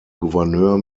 gouverneur